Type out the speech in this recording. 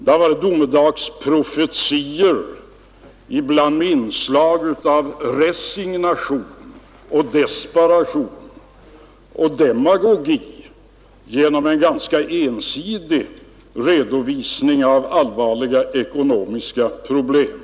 Det har varit domedagsprofetior, ibland med inslag av resignation och desperation och demagogi, genom en ganska ensidig redovisning av allvarliga ekonomiska problem.